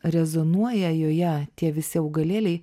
rezonuoja joje tie visi augalėliai